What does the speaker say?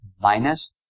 minus